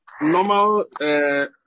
normal